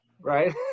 Right